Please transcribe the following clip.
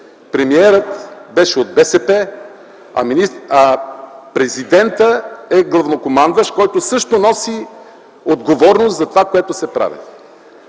Премиерът беше от БСП, а президентът е главнокомандващ, който също носи отговорност за това, което се прави.